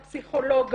הפסיכולוג,